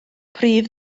prif